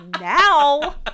now